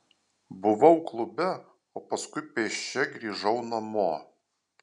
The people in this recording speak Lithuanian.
buvau klube o paskui pėsčia grįžau namo